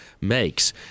makes